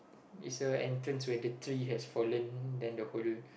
it's a entrance where the tree has fallen then the whole